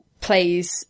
plays